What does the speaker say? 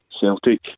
Celtic